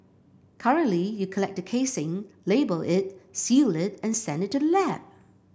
currently you collect the casing label it seal it and send it to the lab